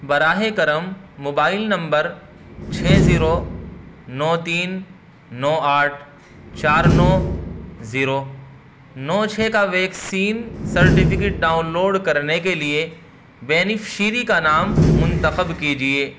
براہ کرم mobile number چھ زیرو نو تین نو آٹھ چار نو زیرو نو چھ کا ویکسین سرٹیفکیٹ ڈاؤن لوڈ کرنے کے لیے بینیفیشری کا نام منتخب کیجیے